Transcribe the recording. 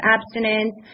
abstinence